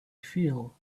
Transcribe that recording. feel